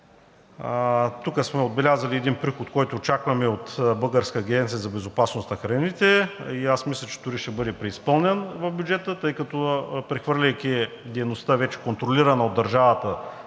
Тук сме отбелязали един приход, който очакваме от Българската агенция по безопасност на храните. Аз мисля, че дори ще бъде преизпълнен в бюджета, тъй като, прехвърляйки дейността, вече контролирана от държавата